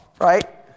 right